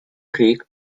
creek